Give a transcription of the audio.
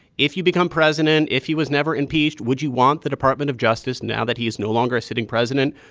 if you become president, if he was never impeached, would you want the department of justice, now that he is no longer a sitting president,